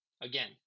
Again